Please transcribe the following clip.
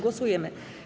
Głosujemy.